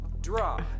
Drop